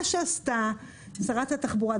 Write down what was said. מה שעשתה שרת התחבורה,